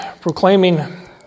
proclaiming